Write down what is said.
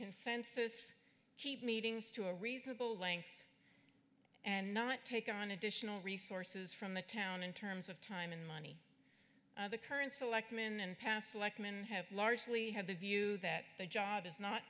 consensus keep meetings to a reasonable length and not take on additional resources from the town in terms of time and money the current selectman and past lekman have largely had the view that the job is not